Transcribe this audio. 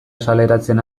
azaleratzen